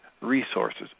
resources